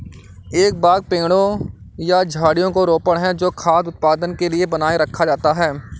एक बाग पेड़ों या झाड़ियों का रोपण है जो खाद्य उत्पादन के लिए बनाए रखा जाता है